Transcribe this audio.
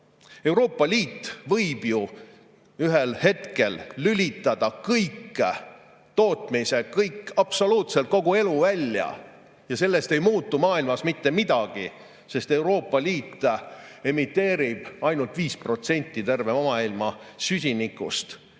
Euroopa Liit võib ju ühel hetkel lülitada kogu tootmise, absoluutselt kogu elu välja, aga sellest ei muutu maailmas mitte midagi, sest Euroopa Liit emiteerib ainult 5% terve maailma süsinikust.